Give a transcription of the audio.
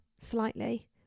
slightly